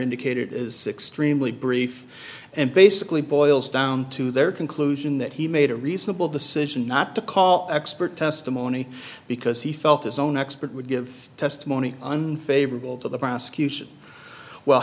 indicated is extremely brief and basically boils down to their conclusion that he made a reasonable decision not to call expert testimony because he felt his own expert would give testimony unfavorable to the prosecution well